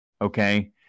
Okay